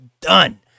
done